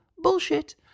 Bullshit